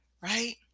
right